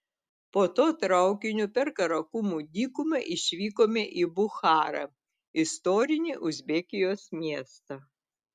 po to traukiniu per karakumų dykumą išvykome į bucharą istorinį uzbekijos miestą